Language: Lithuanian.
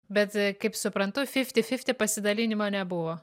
bet kaip suprantu fifti fifti pasidalinimo nebuvo